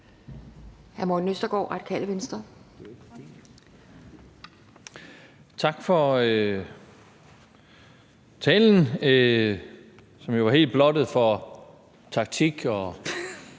Tak for talen, som jo var helt blottet for taktik og